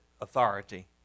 authority